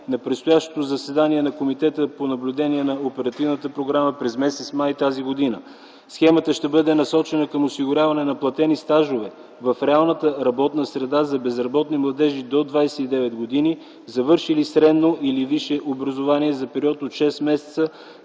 на предстоящото заседание на Комитета за наблюдение на оперативната програма през м. май тази година. Схемата ще бъде насочена към осигуряване на платени стажове в реалната работна среда за безработни младежи до 29 години, завършили средно или висше образование, за период от 6 месеца